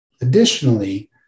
Additionally